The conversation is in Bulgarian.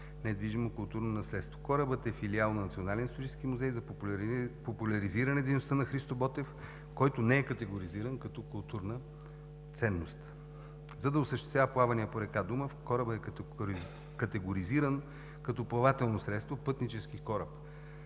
недвижимото културно наследство“. Корабът е филиал на Националния исторически музей за популяризиране дейността на Христо Ботев, който не е категоризиран като културна ценност. За да осъществява плавания по река Дунав, корабът е категоризиран като плавателно средство – пътнически кораб,